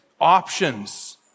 options